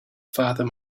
father